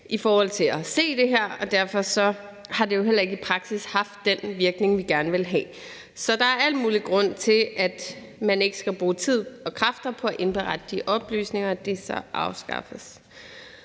i forhold til at se det her, og derfor har det jo heller ikke i praksis haft den virkning, vi gerne ville have. Så der er al mulig grund til, at man ikke skal bruge tid og kræfter på at indberette de oplysninger, og at det så afskaffes.